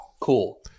Cool